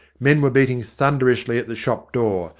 men were beating thunderously at the shop door,